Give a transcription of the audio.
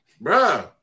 Bro